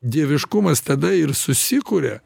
dieviškumas tada ir susikuria